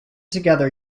together